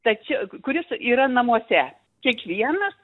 tačia kuris yra namuose kiekvienas